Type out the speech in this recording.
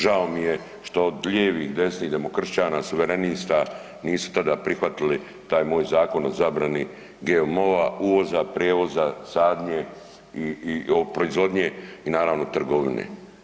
Žao mi je što od lijevih, desnih, demokršćana, suverenista nisu tada prihvatili taj moj Zakon o zabrani GMO-a, uvoza, prijevoza, sadnje i proizvodnje, i naravno trgovine.